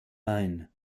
main